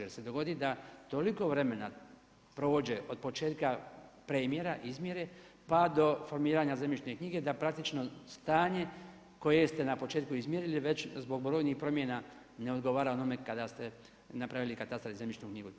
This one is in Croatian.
Jer se dogodi da toliko vremena prođe od početka premjera, izmjere pa do formiranja zemljišne knjige, da praktično stanje koje ste na početku izmjerili već zbog brojnih promjena ne odgovara onome kad ste napravili katastar i Zemljišnu knjigu.